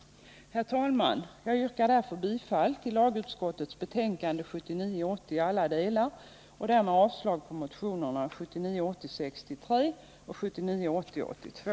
Herr talman! Jag yrkar mot denna bakgrund bifall till lagutskottets hemställan i dess betänkande 1979 80:63 och 1979/80:82.